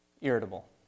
irritable